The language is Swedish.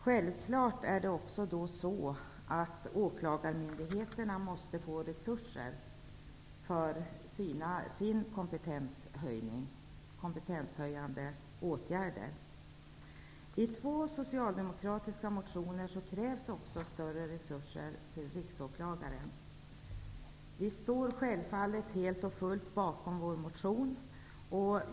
Självfallet måste då åklagarmyndigheterna också få resurser för kompetenshöjande åtgärder. I två socialdemokratiska motioner krävs större resurser till Riksåklagaren. Vi står självfallet helt och fullt bakom vår motion.